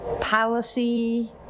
policy